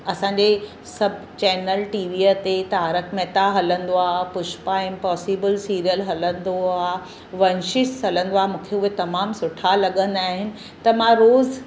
असांजे सभु चैनल टीवीअ ते तारक मेहता हलंदो आहे पुष्पा इम्पॉसिबल सीरियल हलंदो आहे वंशिश हलंदो आहे मूंखे उहे तमामु सुठा लॻंदा आहिनि त मां रोज़ु